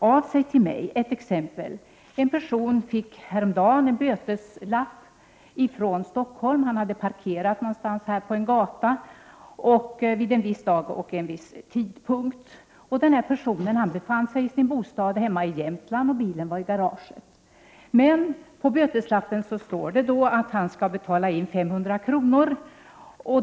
Jag skall ge ett exempel. En person fick häromdagen en böteslapp från Stockholm. Enligt denna hade hans bil varit parkerad på en gata i Stockholm en viss dag och vid en viss tidpunkt. Men personen i fråga befann sig i sin bostad hemma i Jämtland, och bilen stod i garaget. På böteslappen står det dock att han skall betala in 500 kr.